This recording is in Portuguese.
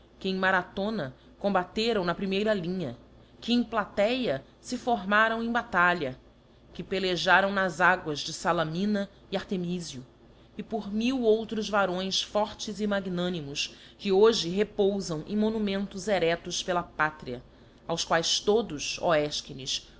que em marathona combateram na primeira linha que em platéa fe formaram em batalha que pelejaram nas aguas de salamina e artemifio e por mil outros varões fortes e magnânimos que hoje repoufam em monumentos ereâos pela pátria aos quaes todos ó